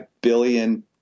billion